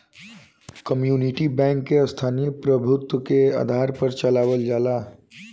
community bank के स्थानीय प्रभुत्व के आधार पर चलावल जाला